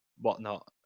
whatnot